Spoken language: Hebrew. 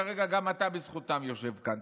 כרגע גם אתה בזכותם יושב כאן,